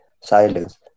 Silence